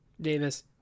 Davis